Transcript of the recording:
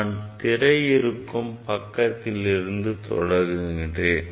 நான் திரை இருக்கும் பக்கத்திலிருந்து தொடங்குகிறேன்